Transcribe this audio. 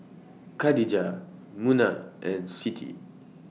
Khadija Munah and Siti